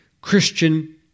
Christian